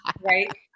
right